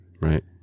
right